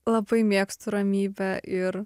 labai mėgstu ramybę ir